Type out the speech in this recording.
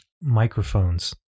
Microphones